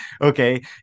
okay